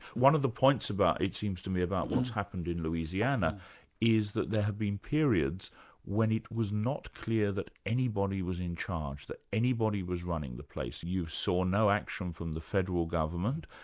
one of the points it seems to be about what's happened in louisiana is that there have been periods when it was not clear that anybody was in charge, that anybody was running the place. you saw no action from the federal government,